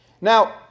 Now